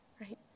right